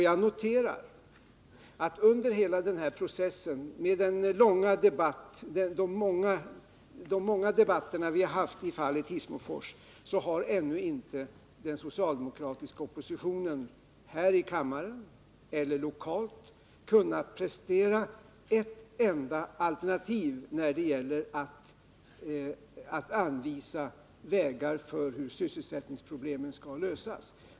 Jag noterar att under hela denna process, med de många debatter vi haft om Hissmofors, har ännu inte den socialdemokratiska oppositionen, vare sig här i kammaren eller lokalt, kunnat prestera ett enda alternativ till hur sysselsättningsproblemen skall lösas.